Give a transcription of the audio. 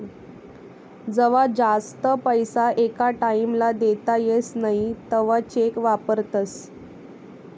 जवा जास्त पैसा एका टाईम ला देता येस नई तवा चेक वापरतस